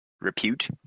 repute